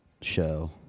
show